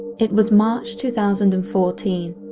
it was march two thousand and fourteen.